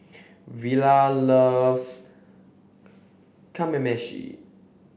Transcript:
Velia loves Kamameshi